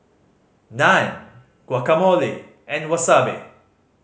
Naan Guacamole and Wasabi